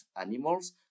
Animals